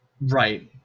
right